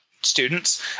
students